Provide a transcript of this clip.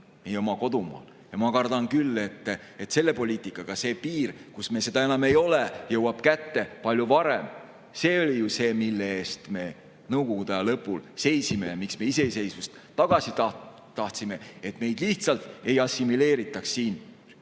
Ma kardan küll, et sellise poliitikaga see piir, kust [alates] me seda enam ei ole, jõuab kätte palju varem. See oli ju see, mille eest me nõukogude aja lõpul seisime ja miks me iseseisvust tagasi tahtsime: et meid lihtsalt ei assimileeritaks siin,